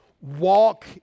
walk